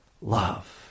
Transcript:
love